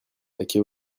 paquet